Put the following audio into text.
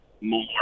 more